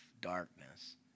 darkness